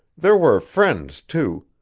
there were friends, too,